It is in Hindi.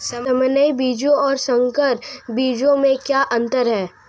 सामान्य बीजों और संकर बीजों में क्या अंतर है?